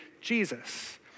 Jesus